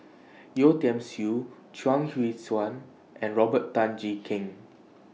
Yeo Tiam Siew Chuang Hui Tsuan and Robert Tan Jee Keng